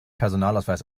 personalausweis